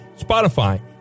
Spotify